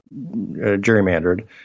gerrymandered